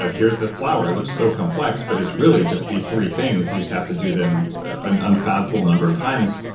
here's the flower. it looks so complex, but it's really just these three things. you just have to do them an unfathomable number of times.